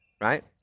right